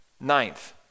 Ninth